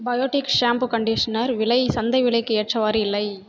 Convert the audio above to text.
Biotique shampoo conditioner விலை சந்தை விலைக்கு ஏற்றவாறு இல்லை